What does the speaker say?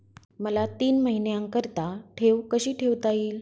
मला तीन महिन्याकरिता ठेव कशी ठेवता येईल?